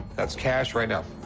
that's cash right now.